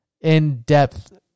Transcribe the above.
in-depth